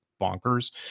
bonkers